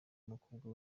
abakobwa